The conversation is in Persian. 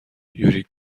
یوری